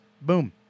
Boom